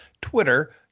Twitter